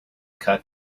cut